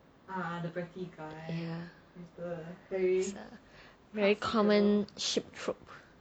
is a very common ship trope